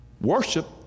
worship